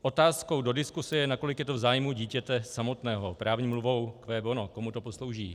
Otázkou do diskuse je, nakolik je to v zájmu dítěte samotného, právní mluvou cui bono, komu to poslouží.